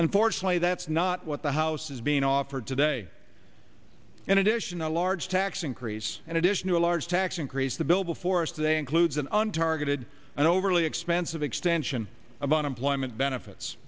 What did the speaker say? unfortunately that's not what the house is being offered today in addition a large tax increase and additional a large tax increase the bill before us today includes in an targeted and overly expensive extension of unemployment benefits